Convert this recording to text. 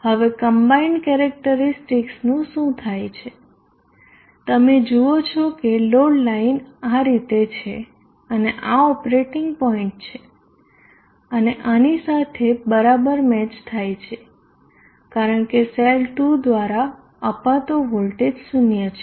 હવે કમ્બાઈન્ડ કેરેક્ટરીસ્ટિકસનું શું થાય છે તમે જુઓ છો કે લોડ લાઇન આ રીતે છે અને આ ઓપરેટિંગ પોઇન્ટ છે આ આની સાથે બરાબર મેચ થાય છે કારણ કે સેલ 2 દ્વારા અપાતો વોલ્ટેજ 0 છે